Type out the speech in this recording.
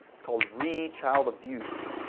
it's called re child abuse.